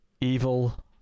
evil